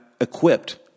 equipped